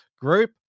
group